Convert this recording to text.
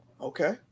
Okay